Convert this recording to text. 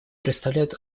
представляют